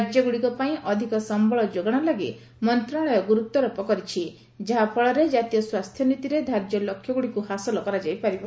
ରାଜ୍ୟଗୁଡ଼ିକ ପାଇଁ ଅଧିକ ସମ୍ପଳ ଯୋଗାଣ ଲାଗି ମନ୍ତ୍ରଣାଳୟ ଗୁରୁତ୍ୱାରୋପ କରିଛି ଯାହାଫଳରେ ଜାତୀୟ ସ୍ୱାସ୍ଥ୍ୟନୀତିରେ ଧାର୍ଯ୍ୟ ଲକ୍ଷ୍ୟଗୁଡ଼ିକୁ ହାସଲ କରାଯାଇ ପାରିବ